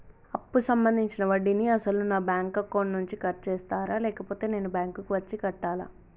అప్పు సంబంధించిన వడ్డీని అసలు నా బ్యాంక్ అకౌంట్ నుంచి కట్ చేస్తారా లేకపోతే నేను బ్యాంకు వచ్చి కట్టాలా?